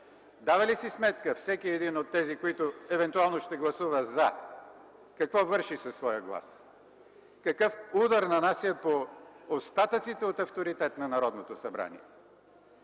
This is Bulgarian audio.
Дава ли си сметка всеки един от тези, които евентуално ще гласуват „за”, какво върши със своя глас, какъв удар нанася по остатъците от авторитет на Народното събрание,